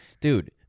dude